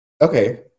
Okay